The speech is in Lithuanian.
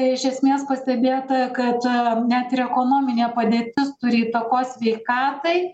iš esmės pastebėta kad net ir ekonominė padėtis turi įtakos sveikatai